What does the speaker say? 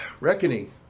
reckoning